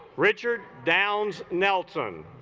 richard downs nelson